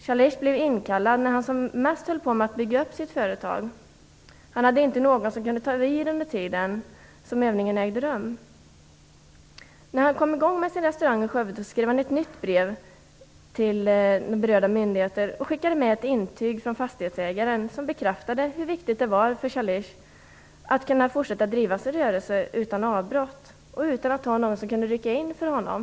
Shalish blev inkallad när han som bäst höll på att bygga upp sitt företag. Han hade inte någon som kunde ta vid under den tid som övningen ägde rum. När han kom i gång med sin restaurang i Skövde skrev han ett nytt brev till berörda myndigheter och skickade med ett intyg från fastighetsägaren, som bekräftade hur viktigt det var för Shalish att kunna fortsätta att driva sin rörelse utan ett avbrott och att han inte hade någon som kunde rycka in för honom.